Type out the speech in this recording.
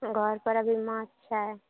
घर पर अभी माछ छै